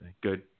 Good